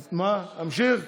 להמשיך?